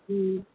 ꯎꯝ